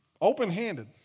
open-handed